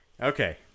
Okay